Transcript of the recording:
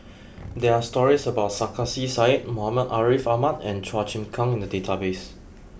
there are stories about Sarkasi Said Muhammad Ariff Ahmad and Chua Chim Kang in the database